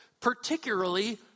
particularly